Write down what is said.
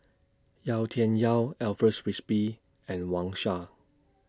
Yau Tian Yau Alfred Frisby and Wang Sha